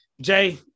jay